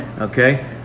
Okay